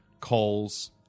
calls